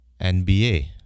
NBA